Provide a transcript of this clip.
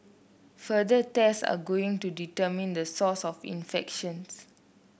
further test are ongoing to determine the source of infections